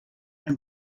him